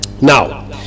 Now